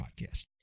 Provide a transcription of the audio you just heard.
podcast